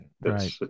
Right